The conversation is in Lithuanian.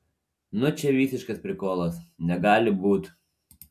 nu čia visiškas prikolas negali būt